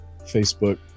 Facebook